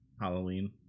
Halloween